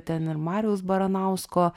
ten ir mariaus baranausko